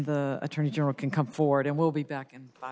the attorney general can come forward and we'll be back in